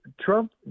Trump